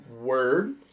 Word